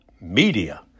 media